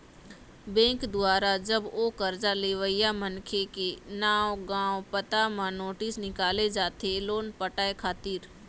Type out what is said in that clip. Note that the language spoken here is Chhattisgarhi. बेंक दुवारा जब ओ करजा लेवइया मनखे के नांव गाँव पता म नोटिस निकाले जाथे लोन पटाय खातिर